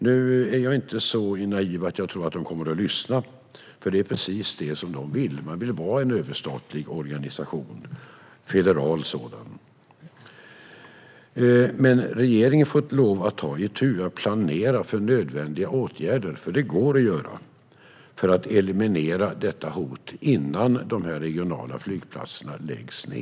Jag är inte så naiv att jag tror att EU kommer att lyssna, för en överstatlig, federal organisation är precis vad man vill vara. Regeringen får lov att ta itu med att planera för nödvändiga åtgärder. Det går att vidta åtgärder för att eliminera detta hot innan de här regionala flygplatserna läggs ned.